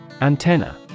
Antenna